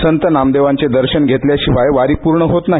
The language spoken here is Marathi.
संत नामदेवांचे दर्शन घेतल्याशिवाय वारी पूर्ण होत नाही